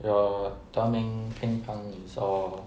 your 德明乒乓 is all